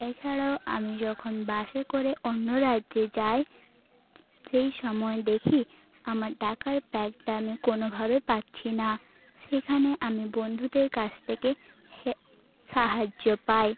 এছাড়াও আমি যখন বাসে করে অন্য রাজ্যে যাই সেই সময় দেখি আমার টাকার ব্যাগটা আমি কোনোভাবে পাচ্ছি না সেখানে আমি বন্ধুদের কাছ থেকে সাহায্য পাই